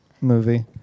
movie